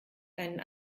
einen